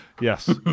Yes